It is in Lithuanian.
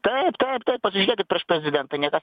taip taip pasižiūrėkit prieš prezidentą niekas